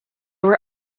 were